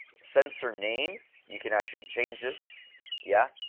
sensor name, you can actually change this. yeah